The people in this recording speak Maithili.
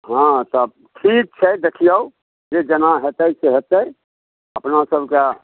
हँ तब ठीक छै देखिऔ जे जेना हेतै से हेतै अपनासबके